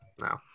No